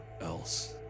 else